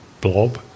blob